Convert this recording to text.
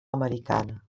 americana